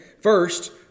First